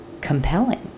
compelling